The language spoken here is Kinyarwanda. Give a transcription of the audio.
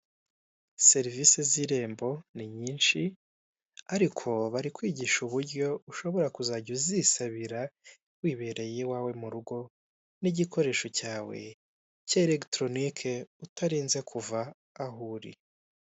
Serivise z'irembo ni nyinshi, ariko bari kwigisha uburyo ushobora kuzajya uzisabira wibereye iwawe murugo n'igikoresho cyawe, cya elekitoronike utarinze kuva aho uri.